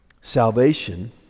salvation